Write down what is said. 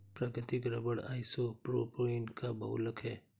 प्राकृतिक rubber isopropene का बहुलक है